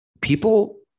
people